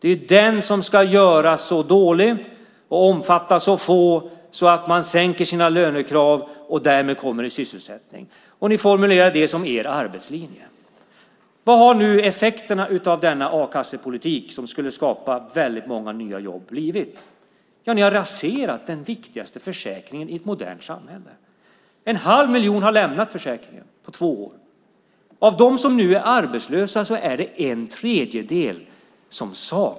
Det är den som ska göras så dålig och omfatta så få så att de sänker sina lönekrav och därmed kommer i sysselsättning. Vad har nu effekterna av denna a-kassepolitik som skulle skapa många nya jobb blivit?